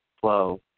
flow